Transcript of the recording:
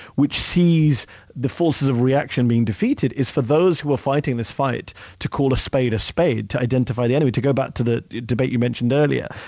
which sees the forces of reaction being defeated is for those who are fighting this fight to call a spade a spade, to identify the enemy, to go back to the debate you mentioned earlier.